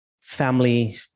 family